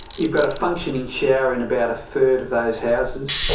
you've got a functioning shower in about a third of those houses.